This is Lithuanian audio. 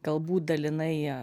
galbūt dalinai